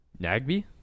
Nagby